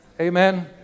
Amen